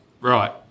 right